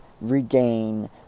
regain